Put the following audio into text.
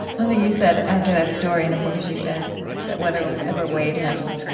one thing you said, after that story in the book, is, you said that whatever whatever weighed him,